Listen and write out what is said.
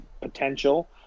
potential